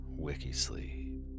Wikisleep